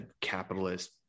capitalist